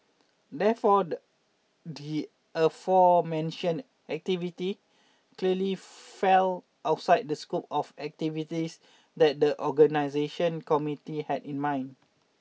therefore the the aforementioned activities clearly fell outside of the scope of activities that the organising committee had in mind